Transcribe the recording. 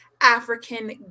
African